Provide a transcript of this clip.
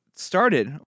started